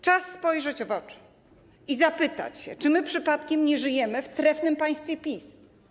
Czas spojrzeć w oczy i zapytać się, czy my przypadkiem nie żyjemy w trefnym państwie PiS.